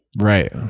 Right